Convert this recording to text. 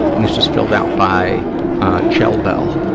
and this is filled out by chel-bel,